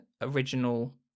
original